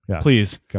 Please